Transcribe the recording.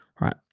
right